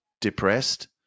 depressed